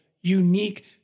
unique